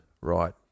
right